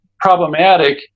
problematic